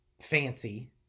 fancy